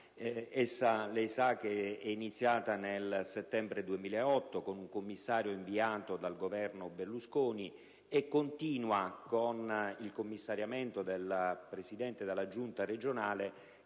Lei sa che è iniziata nel settembre 2008 con un commissario inviato dal Governo Berlusconi e continua con il commissariamento del presidente della giunta regionale,